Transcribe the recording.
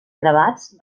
gravats